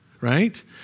right